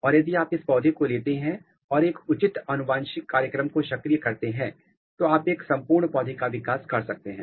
और यदि आप इस पौधे को लेते हैं और एक उचित अनुवांशिक कार्यक्रम को सक्रिय करते हैं तो आप एक संपूर्ण पौधे का विकास कर सकते हैं